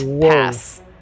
pass